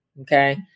Okay